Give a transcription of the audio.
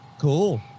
cool